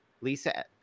lisa